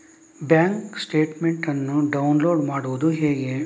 Bank statement ಅನ್ನು download ಮಾಡುವುದು ಹೇಗೆ?